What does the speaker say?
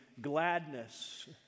gladness